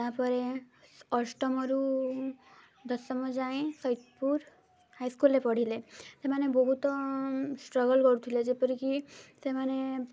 ତା'ପରେ ଅଷ୍ଟମ ରୁ ଦଶମ ଯାଏଁ ସୋତପୁର ହାଇସ୍କୁଲରେ ପଢ଼ିଲେ ସେମାନେ ବହୁତ ଷ୍ଟ୍ରଗଲ କରୁଥିଲେ ଯେପରିକି ସେମାନେ